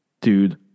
Dude